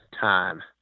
time